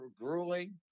grueling